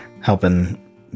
helping